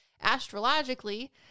Astrologically